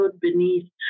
beneath